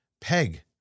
peg